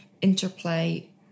interplay